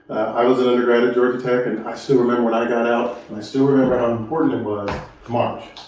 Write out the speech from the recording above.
i was an undergrad at georgia tech. and i still remember when i got out, and i still remember how important it was to march,